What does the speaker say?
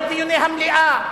לא לדיוני המליאה,